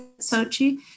Sochi